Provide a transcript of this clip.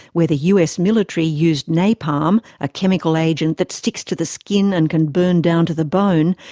where the us military used napalm, a chemical agent that sticks to the skin and can burn down to the bone,